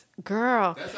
Girl